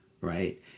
right